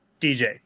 DJ